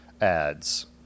ads